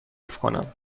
کنم